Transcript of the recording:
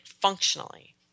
functionally